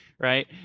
Right